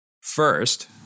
First